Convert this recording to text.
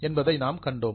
என்பதை நாம் கண்டோம்